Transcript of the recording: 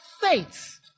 faith